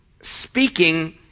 speaking